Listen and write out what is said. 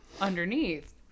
underneath